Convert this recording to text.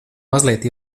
mazliet